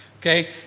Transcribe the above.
okay